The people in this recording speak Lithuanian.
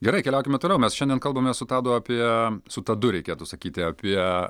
gerai keliaukime toliau mes šiandien kalbame su tadu apie su tadu reikėtų sakyti apie